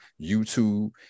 YouTube